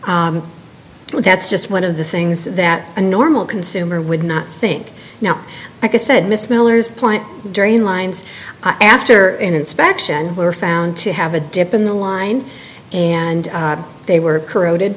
but that's just one of the things that a normal consumer would not think now i said miss miller's plant during lines after an inspection were found to have a dip in the line and they were corroded